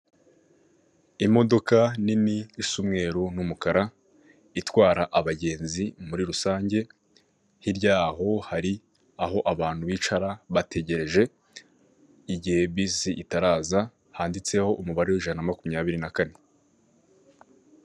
Imodoka nini isa umweru n’umukara itwara abagenzi muri rusange, hirya yaho hari aho abantu bicara bategereje igihe bisi itaraza. Handitseho umubare w’ijana na makumyabiri na kane.